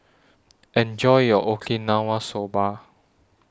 Enjoy your Okinawa Soba